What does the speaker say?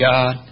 God